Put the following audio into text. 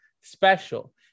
special